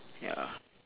ya